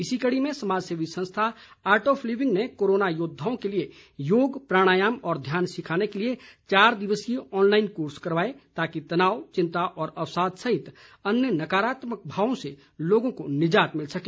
इसी कड़ी में समाज सेवी संस्था आर्ट ऑफ लिविंग ने कोरोना योद्वाओं के लिए योग प्राणायाम और ध्यान सिखाने के लिए चार दिवसीय ऑनलाईन कोर्स करवाएं ताकि तनाव चिंता और अवसाद सहित अन्य नकारात्मक भावों से लोगों को निजात मिल सके